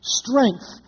strength